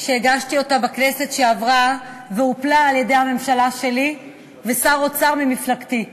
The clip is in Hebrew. שהגשתי בכנסת שעברה והופלה על-ידי הממשלה שלי ושר אוצר ממפלגתי.